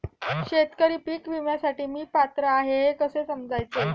शेतकरी पीक विम्यासाठी मी पात्र आहे हे कसे समजायचे?